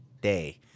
day